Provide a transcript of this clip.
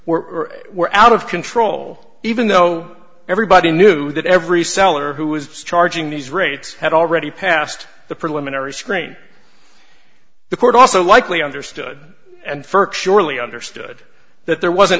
were out of control even though everybody knew that every seller who was charging these rates had already passed the preliminary screen the court also likely understood and first surely understood that there wasn't